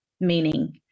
meaning